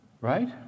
Right